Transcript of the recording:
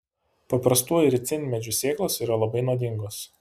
paprastųjų ricinmedžių sėklos yra labai nuodingos